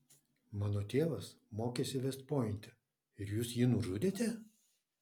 mano tėvas mokėsi vest pointe ir jūs jį nužudėte